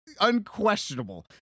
unquestionable